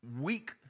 weak